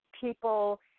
people